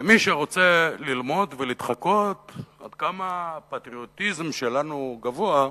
מי שרוצה ללמוד ולהתחקות עד כמה הפטריוטיזם שלנו גבוה,